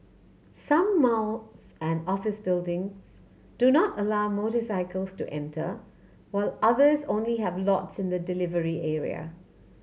some malls and office buildings do not allow motorcycles to enter while others only have lots in the delivery area